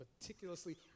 meticulously